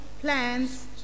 plans